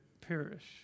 perish